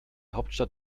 hauptstadt